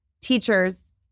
teachers